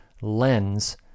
lens